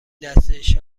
دستکش